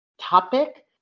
topic